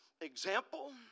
example